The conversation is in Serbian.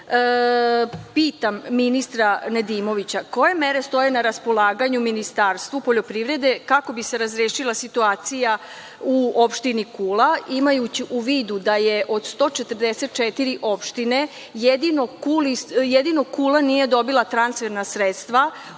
ministra Nedimovića – koje mere stoje na raspolaganju u Ministarstvu poljoprivrede kako bi se razrešila situacija u Opštini Kula, imajući u vidu da je od 144 opštine jedino Kula nije dobila transferna sredstva,